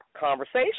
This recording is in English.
conversation